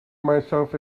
myself